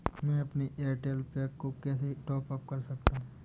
मैं अपने Airtel pack को कैसे टॉप अप कर सकता हूँ?